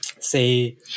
say